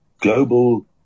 global